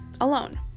alone